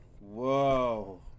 whoa